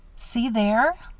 see there!